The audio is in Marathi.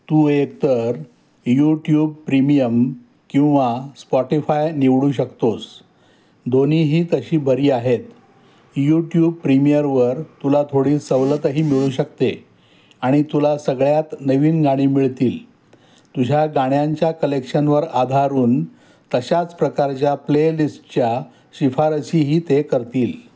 तू एकतर यूट्यूब प्रीमियम किंवा स्पॉटिफाय निवडू शकतोस दोन्हीही तशी बरी आहेत यूट्यूब प्रीमियरवर तुला थोडी सवलतही मिळू शकते आणि तुला सगळ्यात नवीन गाणी मिळतील तुझ्या गाण्यांच्या कलेक्शनवर आधारून तशाच प्रकारच्या प्लेलिस्टच्या शिफारसीही ते करतील